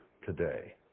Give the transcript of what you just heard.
today